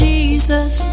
Jesus